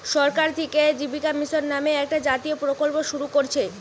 সরকার থিকে জীবিকা মিশন নামে একটা জাতীয় প্রকল্প শুরু কোরছে